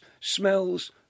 smells